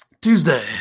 Tuesday